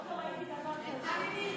כל הכבוד, טלי.